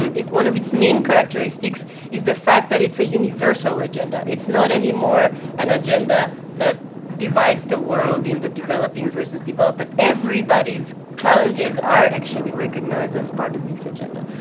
um one of its main characteristics is the fact that it's a universal agenda. it's not anymore an agenda that divides the world in the developing versus developed. but everybody's challenges are actually recognised as part of this agenda.